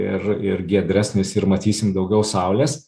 ir ir giedresnis ir matysim daugiau saulės